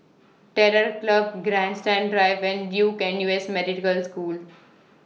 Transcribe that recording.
Terror Club Grandstand Drive and Duke N U S Medical School